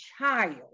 child